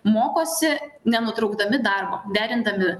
mokosi nenutraukdami darbo derindami